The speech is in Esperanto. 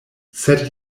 sed